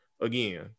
again